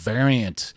Variant